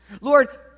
Lord